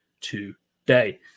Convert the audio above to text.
today